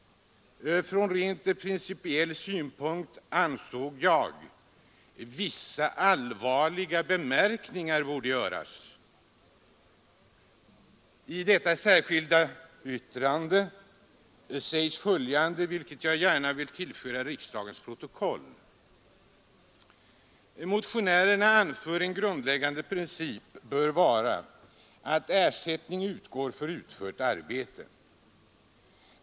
Från rent principiell synpunkt ansåg jag att vissa allvarliga bemärkningar borde göras. I detta särskilda yttrande sägs följande, vilket jag gärna vill tillföra riksdagens protokoll: ”Motionärerna anför att en grundläggande princip bör vara att ersättning utgår för utfört arbete.